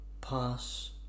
pass